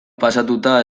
pasatuta